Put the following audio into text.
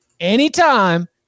anytime